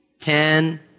ten